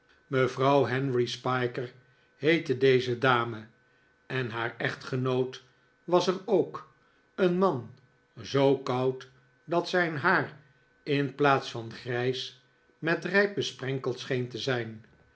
mevrouw henry spiker heette deze dame en haar echtgenoot was er ook een man zoo koud dat zijn haar in plaats van grijs met rijp besprenkeld scheen te zijn